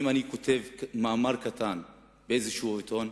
אם אני כותב מאמר קטן באיזה עיתון,